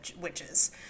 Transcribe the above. Witches